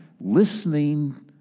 listening